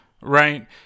right